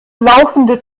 laufende